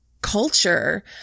culture